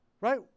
Right